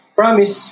promise